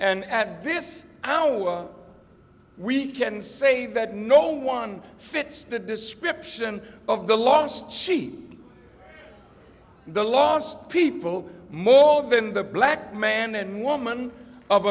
and at this hour we can say that no one fits the description of the lost sheep the last people more than the black man and woman of